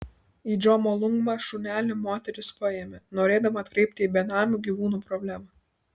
į džomolungmą šunelį moteris paėmė norėdama atkreipti į benamių gyvūnų problemą